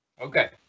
Okay